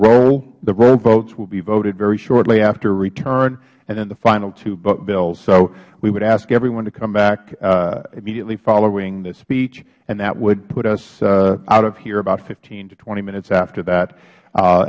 roll the roll votes will be voted very shortly after return and then the final two bills so we would ask everyone to come back immediately following the speech and that would put us out of here about fifteen to twenty minutes after that